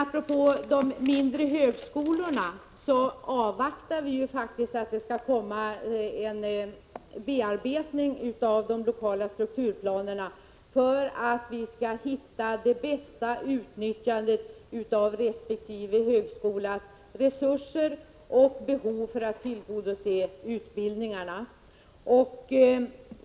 Beträffande de mindre högskolorna avvaktar vi faktiskt en bearbetning av de lokala strukturplanerna, för att vi skall hitta det bästa utnyttjandet av resp. högskolas resurser och behov för att tillgodose utbildningarna.